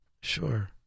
Sure